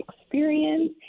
experience